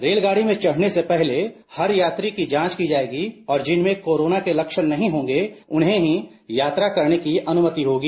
रेलगाड़ी में चढ़ने से पहले हर यात्री की जांच की जाएगी और जिनमें कोरोना के लक्षण नहीं होंगे उन्हें ही यात्रा करने की अनुमति होगी